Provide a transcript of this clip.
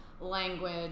language